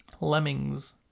Lemmings